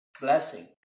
blessing